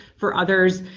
for others,